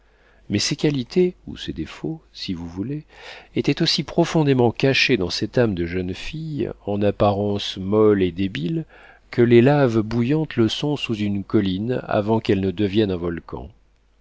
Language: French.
mais ces qualités ou ces défauts si vous voulez étaient aussi profondément cachés dans cette âme de jeune fille en apparence molle et débile que les laves bouillantes le sont sous une colline avant qu'elle ne devienne un volcan